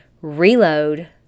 reload